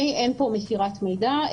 אין פה מסירת מידע.